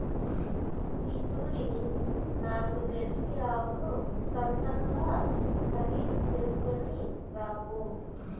ఈ తూరి నాల్గు జెర్సీ ఆవుల సంతల్ల ఖరీదు చేస్కొని రాపో